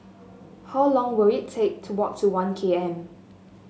how long will it take to walk to One K M